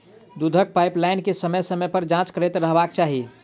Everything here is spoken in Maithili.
दूधक पाइपलाइन के समय समय पर जाँच करैत रहबाक चाही